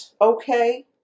Okay